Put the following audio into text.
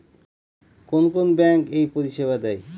কোন কোন ব্যাঙ্ক এই পরিষেবা দেয়?